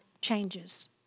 changes